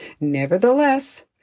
Nevertheless